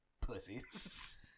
pussies